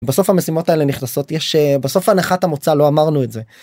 בסוף המשימות האלה נכנסות יש בסוף הנחת המוצא לא אמרנו את זה.